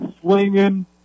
swinging